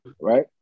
right